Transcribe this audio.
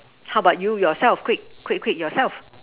how about you yourself quick quick yourself